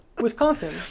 Wisconsin